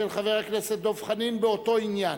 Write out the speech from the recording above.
חוק ומשפט.